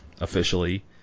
officially